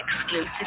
exclusive